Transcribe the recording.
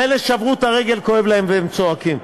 גם אלה ששברו את הרגל, כואב להם והם צועקים.